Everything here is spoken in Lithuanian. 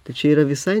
tai čia yra visai